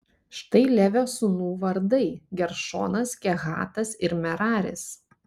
štai levio sūnų vardai geršonas kehatas ir meraris